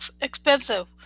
expensive